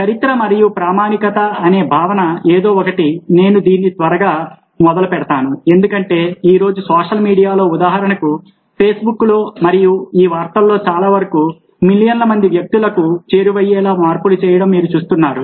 చరిత్ర మరియు ప్రామాణికత అనే భావన ఏదో ఒకటి నేను దీన్ని త్వరగా మొదలు పెడతాను ఎందుకంటే ఈ రోజు సోషల్ మీడియాలో ఉదాహరణకు Facebookలో మరియు ఈ వార్తల్లో చాలా వరకు మిలియన్ల మంది వ్యక్తులకు చేరువయ్యేలా చేర్పులు చేయడం మీరు చూస్తున్నారు